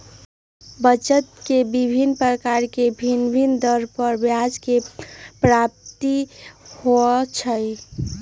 बचत के विभिन्न प्रकार से भिन्न भिन्न दर पर ब्याज के प्राप्ति होइ छइ